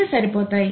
ఇవి సరిపోతాయి